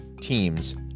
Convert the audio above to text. teams